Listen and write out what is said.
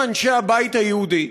אנשי הבית היהודי,